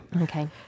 Okay